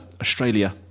Australia